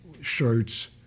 shirts